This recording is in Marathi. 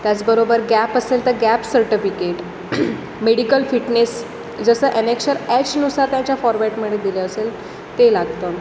त्याचबरोबर गॅप असेल तर गॅप सर्टफिकेट मेडिकल फिटनेस जसं ॲनॅक्शर एचनुसार त्यांच्या फॉरवॅटमध्ये दिले असेल ते लागतं